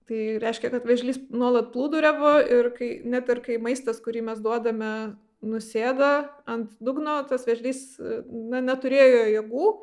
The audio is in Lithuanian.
tai reiškia kad vėžlys nuolat plūduriavo ir kai net ir kai maistas kurį mes duodame nusėda ant dugno tas vėžlys na neturėjo jėgų